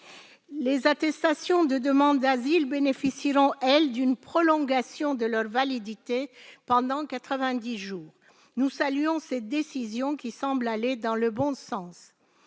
Les attestations de demande d'asile bénéficieront, elles, d'une prolongation de leur validité pendant 90 jours. Nous saluons ces décisions, qui semblent aller dans le bon sens.